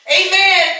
amen